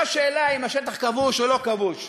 לא השאלה אם השטח כבוש או לא כבוש.